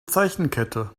zeichenkette